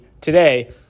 today